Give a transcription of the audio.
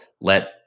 let